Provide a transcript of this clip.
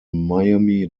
miami